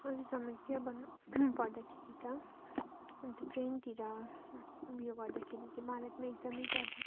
अरू समस्या भन्नु पर्दाखेरि त अन्त ट्रेनतिर ऊ यो गर्दाखेरि चाहिँ भारतमा एकदमै ज्यादा